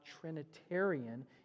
Trinitarian